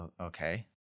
okay